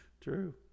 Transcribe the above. True